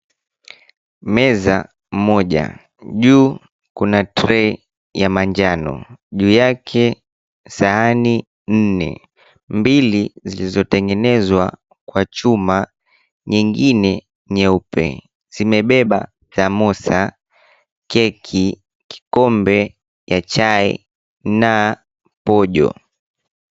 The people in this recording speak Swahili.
Meza moja, juu kuna trey ya manjano. Juu yake sahani nne, mbili zilizotengenezwa kwa chuma nyingine nyeupe. Zimebeba samosa, keki, kikombe ya chai na pojo.